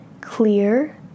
clear